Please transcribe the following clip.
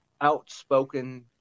outspoken